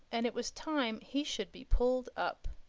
and it was time he should be pulled up.